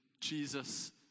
Jesus